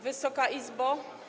Wysoka Izbo!